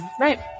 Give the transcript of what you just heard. Right